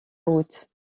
août